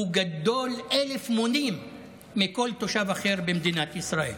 גדול אלף מונים משל כל תושב אחר במדינת ישראל.